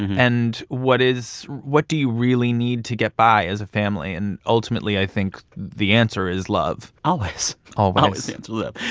and what is what do you really need to get by as a family? and ultimately, i think the answer is love always always always the answer, love.